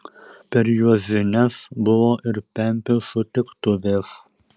per juozines buvo ir pempių sutiktuvės